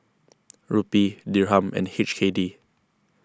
Rupee Dirham and H K D